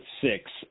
six